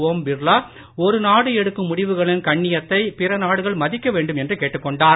ஓம் பிர்லா ஒரு நாடு எடுக்கும் முடிவுகளின் கண்ணியத்தை பிற நாடுகள் மதிக்க வேண்டும் என்று கேட்டுக் கொண்டார்